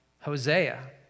Hosea